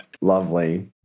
lovely